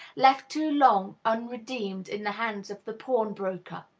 left too long unredeemed in the hands of the pawn-broker!